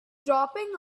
dropping